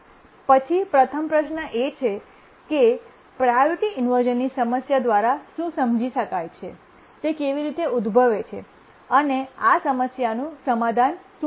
પછી પ્રથમ પ્રશ્ન એ છે કે પ્રાયોરિટી ઇન્વર્શ઼નની સમસ્યા દ્વારા શું સમજી શકાય છે તે કેવી રીતે ઉદ્ભવે છે અને આ સમસ્યાનું સમાધાન શું છે